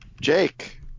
Jake